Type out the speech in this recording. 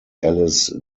alice